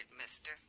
mister